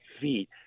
feet